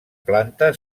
planta